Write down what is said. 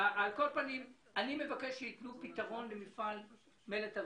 אני מבקש שיתנו פתרון למפעל הר-טוב